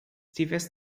tivesse